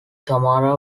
tamara